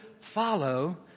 follow